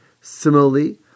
Similarly